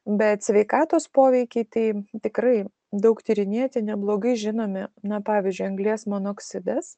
bet sveikatos poveikiai tai tikrai daug tyrinėti neblogai žinomi na pavyzdžiui anglies monoksidas